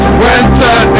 winter